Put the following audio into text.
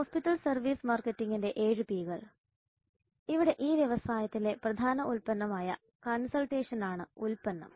hospital service മാർക്കറ്റിംഗിന്റെ 7P കൾ ഇവിടെ ഈ വ്യവസായത്തിലെ പ്രധാന ഉൽപ്പന്നമായ കൺസൾട്ടേഷനാണ് ഉൽപ്പന്നം